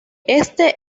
este